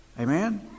Amen